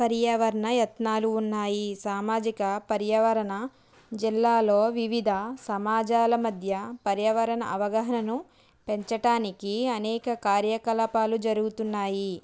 పర్యావరణ యత్నాలు ఉన్నాయి సామాజిక పర్యావరణ జిల్లాలో వివిధ సమాజాల మధ్య పర్యావరణ అవగాహనను పెంచటానికి అనేక కార్యకలాపాలు జరుగుతున్నాయి